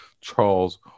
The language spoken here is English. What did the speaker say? Charles